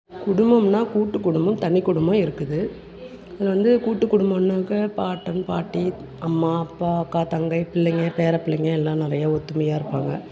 குடும்பம்னால் கூட்டுக் குடும்பம் தனிக் குடும்பம் இருக்குது இதில் வந்து கூட்டுக் குடும்பம்னாக்கா பாட்டன் பாட்டி அம்மா அப்பா அக்கா தங்கை பிள்ளைங்க பேரப்பிள்ளைங்க எல்லாம் நிறைய ஒற்றுமையா இருப்பாங்க